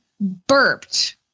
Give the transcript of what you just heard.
burped